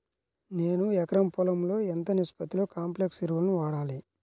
నేను ఎకరం పొలంలో ఎంత నిష్పత్తిలో కాంప్లెక్స్ ఎరువులను వాడాలి?